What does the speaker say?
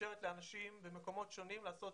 שמאפשרת לאנשים במקומות שונים לעשות